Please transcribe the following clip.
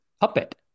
puppet